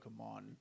Pokemon